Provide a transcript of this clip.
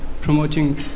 promoting